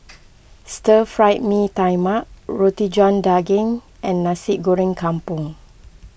Stir Fried Mee Tai Mak Roti John Daging and Nasi Goreng Kampung